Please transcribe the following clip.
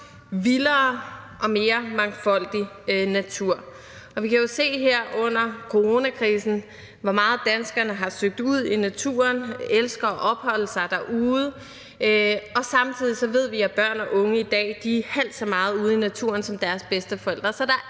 vildere og mere mangfoldig natur. Vi kan jo se her under coronakrisen, hvor meget danskerne har søgt ud i naturen. De elsker at opholde sig derude. Samtidig ved vi, at børn og unge i dag er halvt så meget ude i naturen som deres bedsteforældre.